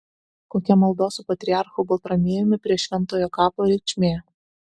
kokia maldos su patriarchu baltramiejumi prie šventojo kapo reikšmė